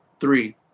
three